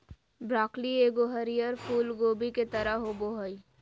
broccoli एगो हरीयर फूल कोबी के तरह होबो हइ